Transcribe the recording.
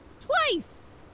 Twice